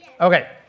Okay